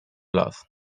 las